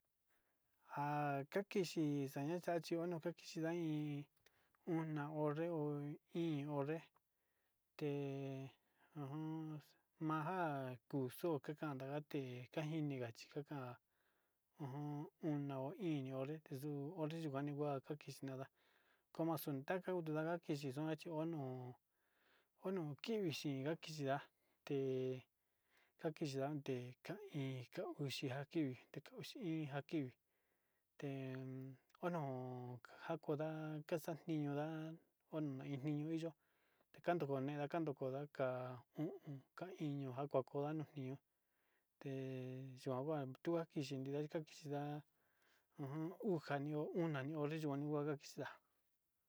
Ja kakixi xanaxachio xhia iin oni hora iin onre té ujun manja kuxuu kakandate tanjiniga kakan o'on iño hore tixuu hore kinikua kakix tinada komo xuu nada kixi kuchi unuu ono kivixi ndakixi nda'a te kakixi nda'an té hi uxi kakivi uxi iin kakivi ten ono njakonda axaninda konona iin yo'o tekantone ndaka no kondoa ka'a o'on ka iño njakonda ñii te kuan tuya kixe takixhinda uun ujia una ño'o kuan kixinda.